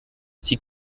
sie